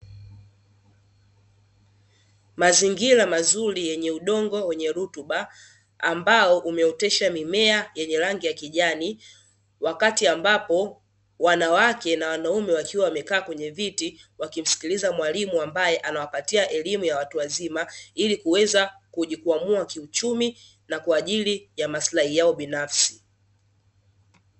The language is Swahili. Mazingira mazuri yenye udongo wenye rutuba, ambao umeotesha mimea ya rangi ya kijani, wakati ambapo wanawake na wanaume wakiwa wamekaa kwenye viti, wakimsikiliza mwalimu ambaye anawapatia elimu ya watu wazima, ili kuweza kujikwamua kiuchumi na kwa ajili ya maslahi yao binafsi.